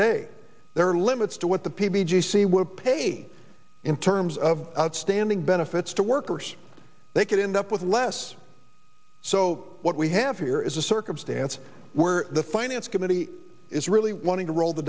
day there are limits to what the p b j see would pay in terms of outstanding benefits to workers they could end up with less so what we have here is a circumstance where the finance committee is really wanting to roll the